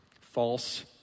false